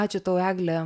ačiū tau egle